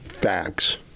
facts